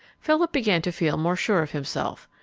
philip began to feel more sure of himself.